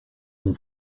mon